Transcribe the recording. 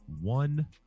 One